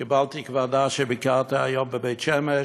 קיבלתי כבר הודעה שביקרת היום בבית-שמש,